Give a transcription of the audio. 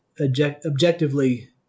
objectively